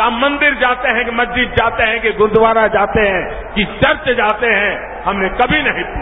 कि मंदिर जाते है कि मरिजद जाते है कि गुरूद्वारा जाते है कि वर्ष जाते है हमने कभी नहीं पूछा